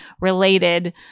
related